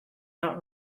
not